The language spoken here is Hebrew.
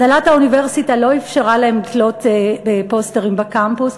הנהלת האוניברסיטה לא אפשרה להם לתלות פוסטרים בקמפוס.